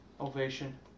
Ovation